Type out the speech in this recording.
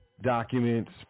documents